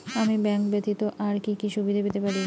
আমি ব্যাংক ব্যথিত আর কি কি সুবিধে পেতে পারি?